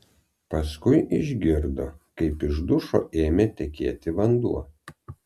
paskui išgirdo kaip iš dušo ėmė tekėti vanduo